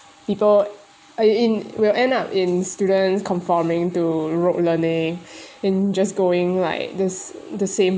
people in in will end up in students conforming to rote learning in just going like this the same